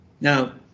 Now